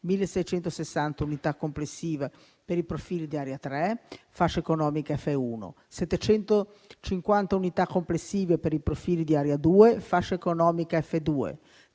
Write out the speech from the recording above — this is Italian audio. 1.660 unità complessive per i profili di area 3, fascia economica F1; 750 unità complessive per i profili di area 2, fascia economica F2;